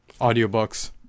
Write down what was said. audiobooks